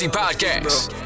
podcast